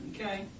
Okay